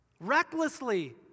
recklessly